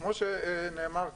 כמו שנאמר,